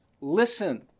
listen